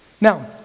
Now